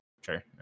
Sure